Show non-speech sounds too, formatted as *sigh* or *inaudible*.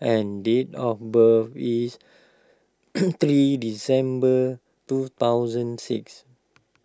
and date of birth is *noise* three December two thousand six